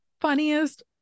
funniest